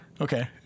Okay